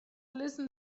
listen